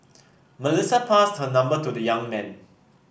Melissa passed her number to the young man